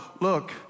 Look